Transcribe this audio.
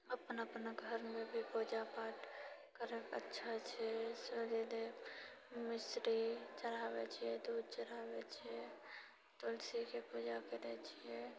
अपन अपन घरमे भी पूजा पाठ करिके अच्छा छै सूर्यदेव मिश्री चढ़ाबैत छियै दूध चढ़ाबैत छियै तुलसीके पूजा करैत छियै